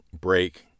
break